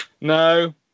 no